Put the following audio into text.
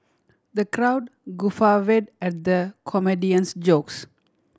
the crowd guffawed at the comedian's jokes